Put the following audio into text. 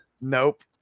Nope